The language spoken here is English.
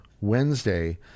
Wednesday